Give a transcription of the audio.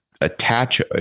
attach